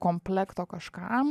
komplekto kažkam